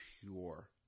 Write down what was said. pure